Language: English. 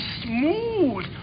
smooth